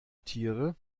tiere